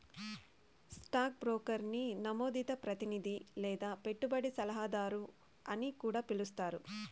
stock బ్రోకర్ని నమోదిత ప్రతినిది లేదా పెట్టుబడి సలహాదారు అని కూడా పిలిస్తారు